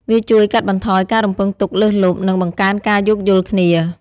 វាជួយកាត់បន្ថយការរំពឹងទុកលើសលប់ និងបង្កើនការយោគយល់គ្នា។